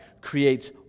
creates